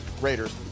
Raiders